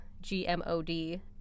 G-M-O-D